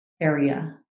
area